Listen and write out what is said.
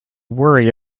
worry